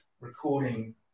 recording